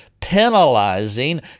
penalizing